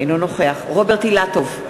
אינו נוכח רוברט אילטוב,